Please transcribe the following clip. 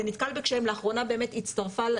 זה נתקל בקשיים לאחרונה באמת הצטרפה,